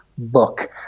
book